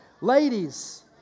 ladies